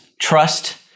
trust